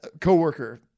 coworker